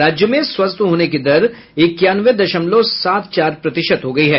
राज्य में स्वस्थ होने की दर इक्यानवे दश्मालव सात चार प्रतिशत हो गयी है